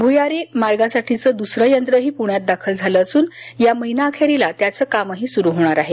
भुयारी मार्गासाठी दुसरं यंत्रही पुण्यात दाखल झालं असून या महिना अखेरीला त्याचं कामही सुरू होणार आहे